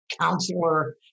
counselor